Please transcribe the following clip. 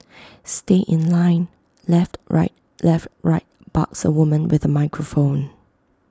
stay in line left right left right barks A woman with A microphone